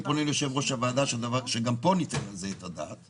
אני פונה ליושב-ראש הוועדה שגם פה ניתן על זה את הדעת.